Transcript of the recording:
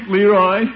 Leroy